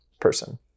person